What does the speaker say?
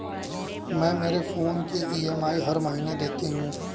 मैं मेरे फोन की ई.एम.आई हर महीने देती हूँ